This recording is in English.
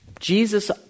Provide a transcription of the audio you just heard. Jesus